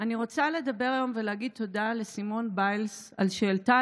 אני רוצה לדבר היום ולהגיד תודה לסימון ביילס על שהעלתה